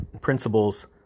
principles